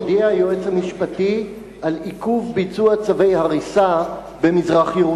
הודיע היועץ המשפטי על עיכוב ביצוע צווי הריסה במזרח-ירושלים.